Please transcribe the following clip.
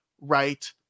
right